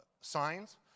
signs